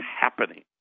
happening